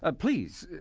ah please,